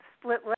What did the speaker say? split